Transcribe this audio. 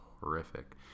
horrific